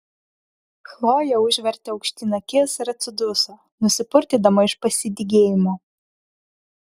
chlojė užvertė aukštyn akis ir atsiduso nusipurtydama iš pasidygėjimo